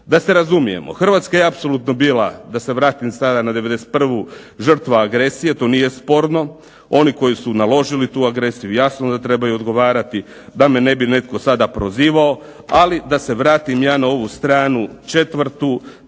Da se razumijemo Hrvatska je apsolutno bila da se vratim sada na '91. žrtva agresije, to nije sporno, oni koji su naložili tu agresiju jasno da trebaju odgovarati da me ne bi netko sada prozivao, ali da se vratim ja na ovu stranu 4. pasuš